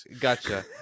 Gotcha